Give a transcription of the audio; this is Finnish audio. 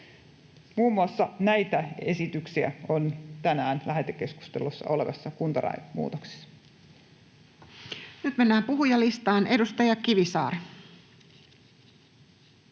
Muun muassa näitä esityksiä on tänään lähetekeskustelussa olevassa kuntalain muutoksessa. Nyt mennään puhujalistaan. — Edustaja Kivisaari.